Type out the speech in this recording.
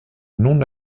non